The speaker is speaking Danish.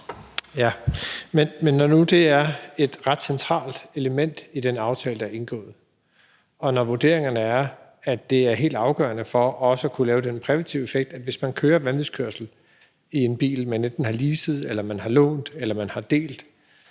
Men det er nu et ret centralt element i den aftale, der er indgået, og vurderingerne er, at det er helt afgørende for også at kunne lave den præventive effekt, at hvis man kører vanvidskørsel i en bil, man enten har leaset eller lånt eller lånt i en